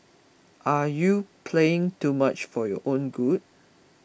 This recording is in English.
are you playing too much for your own good